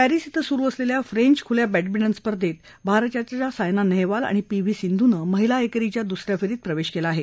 Paris धिं सुरु असलेल्या फ्रेंच खुल्या बॅडमिंटन स्पर्धेत भारताच्या सायना नेहवाल आणि पी व्ही सिंधूनं महिला एकेरीच्या दुस या फेरीत प्रवेश केला आहे